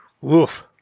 Woof